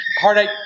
heartache